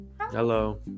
Hello